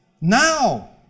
now